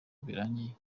birangiye